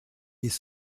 des